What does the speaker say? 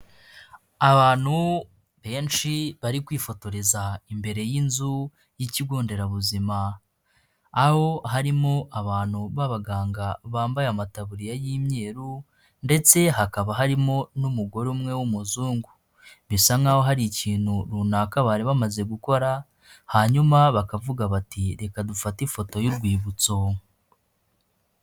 Abantu benshi bari kwifotoreza imbere y'inzu y'ikigo nderabuzima, aho harimo abantu b'abaganga bambaye amataburiya y'imyeru ndetse hakaba harimo n'umugore umwe w'umuzungu, bisa nk'aho hari ikintu runaka bari bamaze gukora hanyuma bakavuga bati reka dufate ifoto y'urwibutso.